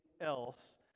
else